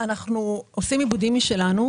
אנחנו עושים עיבודים משלנו.